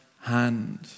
hand